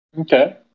Okay